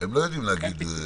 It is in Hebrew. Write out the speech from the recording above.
הם לא יודעים להגיד כרגע,